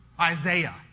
Isaiah